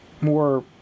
more